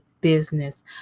business